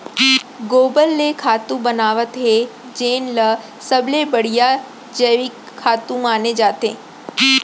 गोबर ले खातू बनावत हे जेन ल सबले बड़िहा जइविक खातू माने जाथे